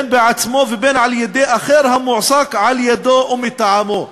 בין בעצמו ובין על-ידי אחר המועסק על-ידו או מטעמו.